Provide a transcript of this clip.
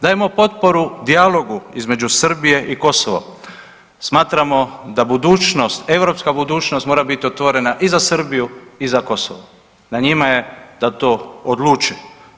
Dajemo potporu dijalogu između Srbije i Kosova, smatramo da budućnost, europska budućnost mora biti otvorena i za Srbiju i za Kosovo, na njima je da to odluče.